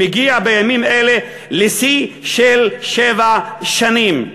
"מגיע בימים אלה לשיא של שבע שנים.